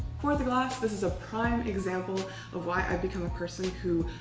for the glass, this is a prime example of why i become a person who,